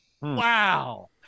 Wow